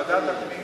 ועדת הפנים.